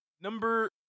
Number